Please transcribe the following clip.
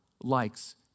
likes